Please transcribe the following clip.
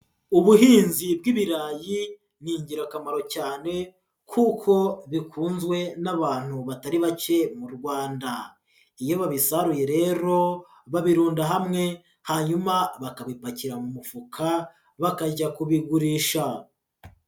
Ubuhinzi bw'ibirayi ni ingirakamaro cyane kuko bikunzwe n'abantu batari bake mu Rwanda. Iyo babisaruye rero babirunda hamwe hanyuma bakabipakira mu mufuka bakajya kubigurisha.